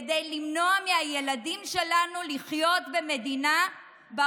כדי למנוע מהילדים שלנו לחיות במדינה שבה